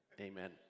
amen